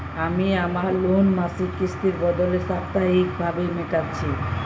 আমি আমার লোন মাসিক কিস্তির বদলে সাপ্তাহিক ভাবে মেটাচ্ছি